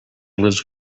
lives